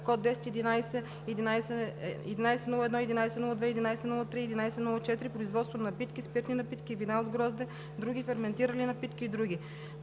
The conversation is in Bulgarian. код 11.0 – 11.01, 11.02, 11.03 и 11.04 – Производство на напитки (спиртни напитки, вина от грозде, други ферментирали напитки и др.);